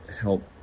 help